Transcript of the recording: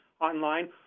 online